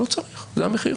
לא צריך, זה המחיר.